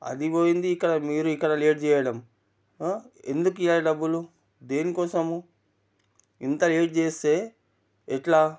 అది పోయింది ఇక్కడ మీరు ఇక్కడ లేట్ చెయ్యడం ఎందుకివ్వాలి డబ్బులు దేని కోసము ఇంత లేట్ చేస్తే ఎలా